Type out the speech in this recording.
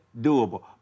doable